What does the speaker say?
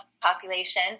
population